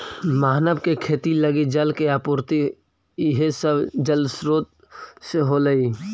मानव के खेती लगी जल के आपूर्ति इहे सब जलस्रोत से होलइ